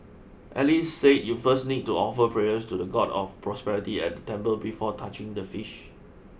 Alice said you first need to offer prayers to the God of Prosperity at the temple before touching the fish